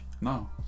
No